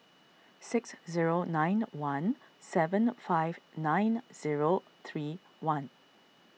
six zero nine one seven five nine zero three one